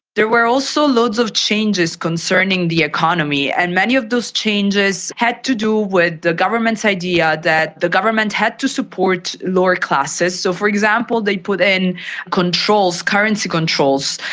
there were also loads of changes concerning the economy, and many of those changes had to do with the government's idea that the government had to support lower classes. so, for example, they put in currency controls,